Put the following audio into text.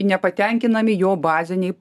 nepatenkinami jo baziniai